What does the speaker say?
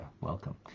welcome